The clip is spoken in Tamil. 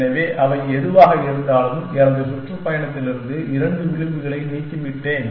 எனவே அவை எதுவாக இருந்தாலும் எனது சுற்றுப்பயணத்திலிருந்து இரண்டு விளிம்புகளை நீக்கிவிட்டேன்